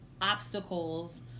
obstacles